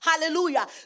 Hallelujah